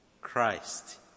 Christ